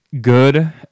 good